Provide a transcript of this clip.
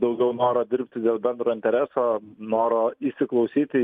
daugiau noro dirbti dėl bendro intereso noro įsiklausyti